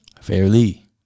Fairly